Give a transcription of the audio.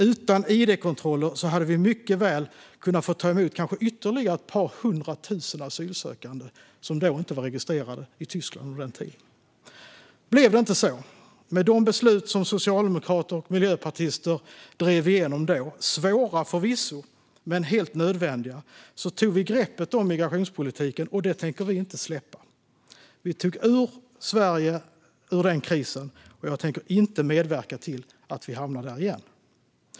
Utan id-kontroller hade Sverige mycket väl kunnat få ta emot kanske ytterligare ett par hundra tusen asylsökande som inte var registrerade i Tyskland under denna tid. Nu blev det inte så. Med de beslut som socialdemokrater och miljöpartister drev igenom - förvisso svåra men helt nödvändiga - tog vi greppet om migrationspolitiken, och det tänker vi inte släppa. Vi tog Sverige ur denna kris, och jag tänker inte medverka till att vi hamnar där igen.